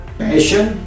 passion